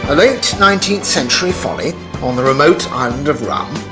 but late nineteenth century folly on the remote island of rhum,